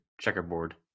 checkerboard